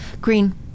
green